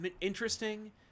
interesting